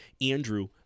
Andrew